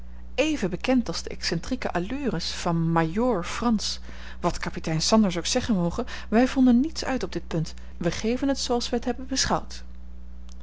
even bekend als de excentrieke allures van majoor frans wat kapitein sanders ook zeggen moge wij vonden niets uit op dit punt wij geven het zooals wij het hebben beschouwd